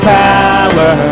power